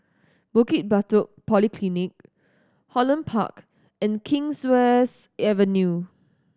Bukit Batok Polyclinic Holland Park and Kingswears Avenue